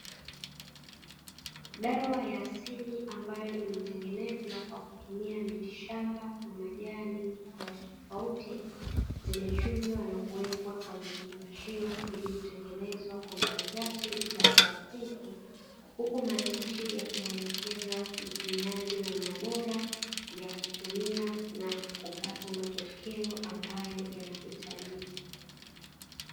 Dawa ya asili ambayo imetengenezwa kwa kutumia miti shamba na majani tofauti tofauti, zimechujwa na kuwekwa kwenye vifungashio vilivyotengenezwa kwa malighafi za plastiki, huku maandishi yakimuelekeza mtumiaji namna bora ya kutumia na kupata matokeo ambayo yanahitajika.